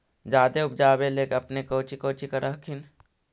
जादे उपजाबे ले अपने कौची कौची कर हखिन?